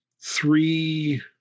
three